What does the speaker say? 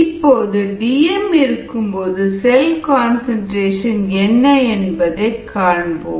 இப்போது Dm இருக்கும்போது cell concentration என்ன என்பதை காண்போம்